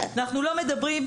אנחנו לא מדברים --- רגע,